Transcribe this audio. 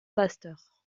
pasteur